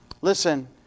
Listen